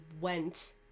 went